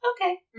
Okay